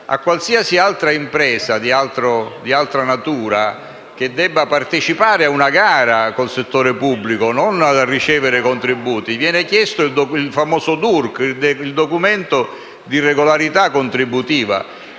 A qualsiasi altra impresa di altra natura che debba partecipare a una gara con il settore pubblico - non si parla di ricevere contributi - viene chiesto il famoso documento unico di regolarità contributiva